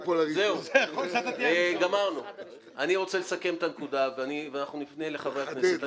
אני רוצה לסכם את הנקודה ואנחנו נפנה לחברי הכנסת.